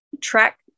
track